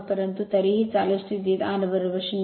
तर परंतु तरीही चालू स्थितीत R 0आहे